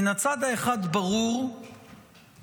מן הצד האחד ברור שטוב